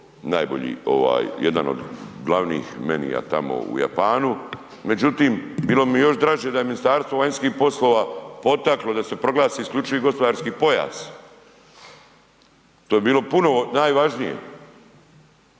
najbolji ovaj jedan od glavnih menia tamo u Japanu. Međutim, bilo bi mi još draže da Ministarstvo vanjskih poslova potaklo da se proglasi isključivi gospodarski pojas. To bi bilo puno najvažnije.